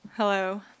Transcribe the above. Hello